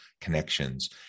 Connections